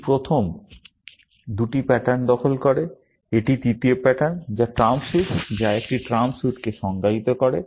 এটি প্রথম দুটি প্যাটার্ন দখল করে এবং এটি তৃতীয় প্যাটার্ন যা ট্রাম্প স্যুট যা একটি ট্রাম্প স্যুটকে সংজ্ঞায়িত করে